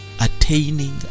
attaining